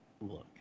Look